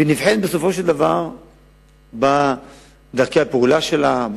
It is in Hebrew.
והיא נבחנת בסופו של דבר בדרכי הפעולה שלה,